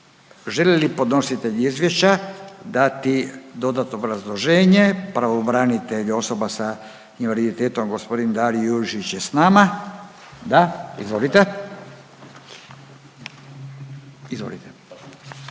Želi li podnositelj izvješća dati dodatno obrazloženje? Pravobranitelj osoba s invaliditetom, g. Darijo Jurišić je s nama. Da? Izvolite. **Jurišić,